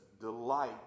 delight